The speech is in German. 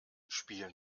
spielen